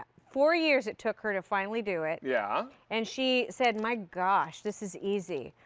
four years it took her to finally do it. yeah and she said, my gosh, this is easy.